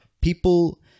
People